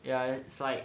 ya it's like